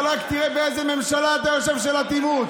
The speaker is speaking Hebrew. אבל רק תראה באיזה ממשלה אתה יושב, של אטימות.